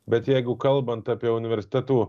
bet jeigu kalbant apie universitetų